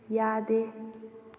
ꯌꯥꯗꯦ